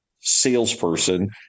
salesperson